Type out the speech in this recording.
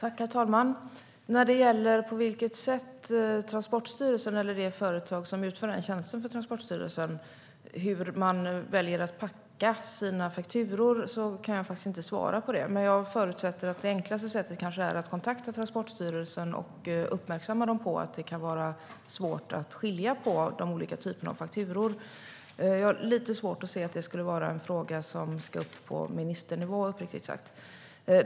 Herr talman! När det gäller på vilket sätt Transportstyrelsen eller det företag som utför denna tjänst åt Transportstyrelsen väljer att paketera sina fakturor kan jag faktiskt inte svara på det. Men jag förutsätter att det enklaste sättet är att kontakta Transportstyrelsen och uppmärksamma dem på att det kan vara svårt att skilja på de olika typerna av fakturor. Jag har, uppriktigt sagt, lite svårt att se att det skulle vara en fråga som ska upp på ministernivå.